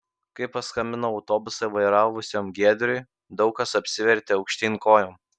kai paskambinau autobusą vairavusiam giedriui daug kas apsivertė aukštyn kojom